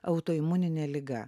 autoimuninė liga